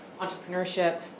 entrepreneurship